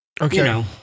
okay